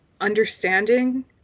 understanding